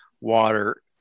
water